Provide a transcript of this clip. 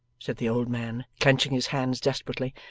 said the old man, clenching his hands desperately,